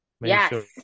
yes